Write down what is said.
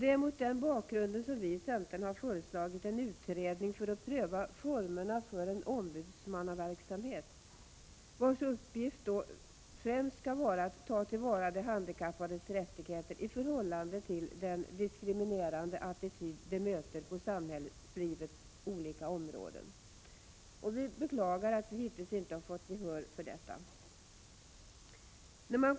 Det är mot den bakgrunden som vii centerpartiet har föreslagit en utredning för att pröva formerna för en ombudsmannaverksamhet, vars uppgift främst skall vara att ta till vara de handikappades rättigheter i förhållande till den diskriminerande attityd de möter på samhällslivets olika områden. Vi beklagar att vi hittills inte fått gehör för detta krav.